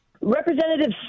Representative